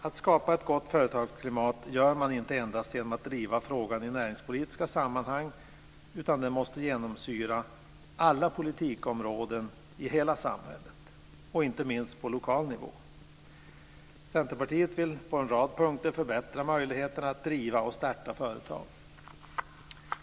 Att skapa ett gott företagsklimat gör man inte endast genom att driva frågan i näringspolitiska sammanhang. Detta måste genomsyra alla politikområden i hela samhället, inte minst på lokal nivå. Centerpartiet vill på en rad punkter förbättra möjligheterna att driva och starta företag.